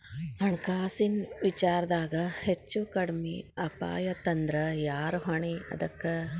ಹಣ್ಕಾಸಿನ್ ವಿಚಾರ್ದಾಗ ಹೆಚ್ಚು ಕಡ್ಮಿ ಅಪಾಯಾತಂದ್ರ ಯಾರ್ ಹೊಣಿ ಅದಕ್ಕ?